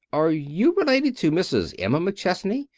are you related to mrs. emma mcchesney,